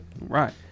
Right